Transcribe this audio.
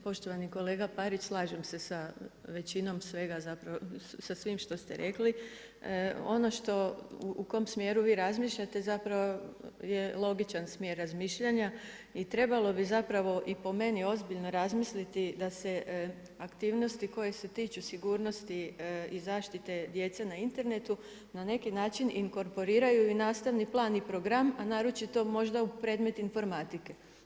Poštovani kolega Parić, slažem se sa većinom svega, zapravo sa svim što ste rekli, ono što, u kojem smjeru vi razmišljate, zapravo je logičan smjer razmišljanja i trebalo bi zapravo i po meni ozbiljno razmisliti, da se aktivnosti koje se tiču sigurnosti i zaštite djece na internetu, na neki način inkorporiraju i nastavni plan i program, a naročito možda u predmet informatike.